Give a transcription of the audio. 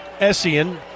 Essien